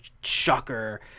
shocker